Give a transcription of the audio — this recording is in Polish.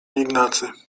ignacy